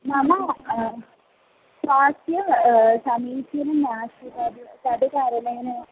मम स्वास्थ्यं समीचीनं नासीत् तद् तद् कारणेन